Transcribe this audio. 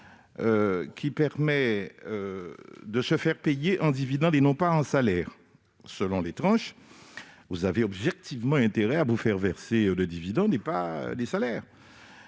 qui permet de se faire payer en dividendes et non pas en salaires. Dans certaines tranches de revenus, vous avez objectivement intérêt à vous faire verser des dividendes et pas des salaires.